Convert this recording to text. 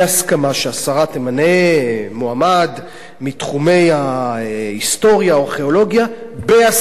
שהשרה תמנה מועמד מתחומי ההיסטוריה או הארכיאולוגיה בהסכמה,